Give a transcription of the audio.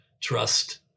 trust